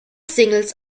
singles